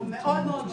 הוא מאוד משפיע,